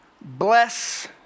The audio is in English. Bless